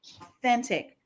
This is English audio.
authentic